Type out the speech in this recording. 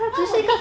why would they